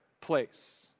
place